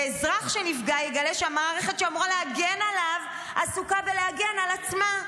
ואזרח שנפגע יגלה שהמערכת שאמורה להגן עליו עסוקה בלהגן על עצמה.